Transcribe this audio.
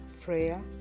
prayer